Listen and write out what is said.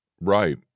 right